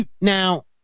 Now